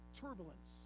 turbulence